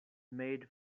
made